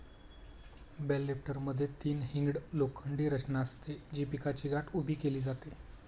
bell लिफ्टरमध्ये तीन hinged लोखंडी रचना असते, जी पिकाची गाठ उभी केली जाते